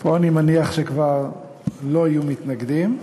פה אני מניח שכבר לא יהיו מתנגדים.